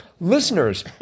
Listeners